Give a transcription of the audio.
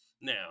Now